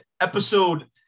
episode